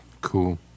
Cool